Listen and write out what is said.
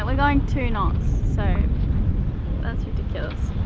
going going two knots so that's ridiculous.